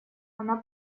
она